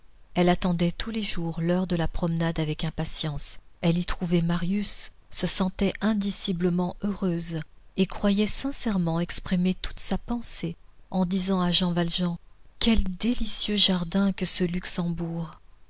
elle attendait tous les jours l'heure de la promenade avec impatience elle y trouvait marius se sentait indiciblement heureuse et croyait sincèrement exprimer toute sa pensée en disant à jean valjean quel délicieux jardin que ce luxembourg